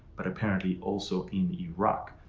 but apparently also in iraq.